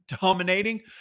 Dominating